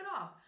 off